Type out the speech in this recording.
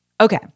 Okay